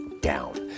down